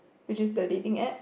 which is the dating App